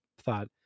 thought